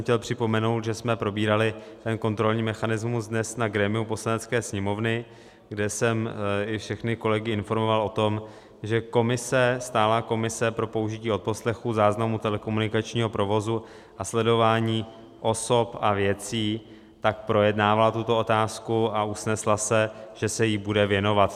Chtěl jsem připomenout, že jsme probírali ten kontrolní mechanismus dnes na grémiu Poslanecké sněmovny, kde jsem všechny kolegy informoval o tom, že stálá komise pro použití odposlechu záznamu telekomunikačního provozu a sledování osob a věcí projednávala tuto otázku a usnesla se, že se jí bude věnovat.